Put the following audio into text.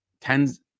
tens